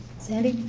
sandy.